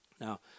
Now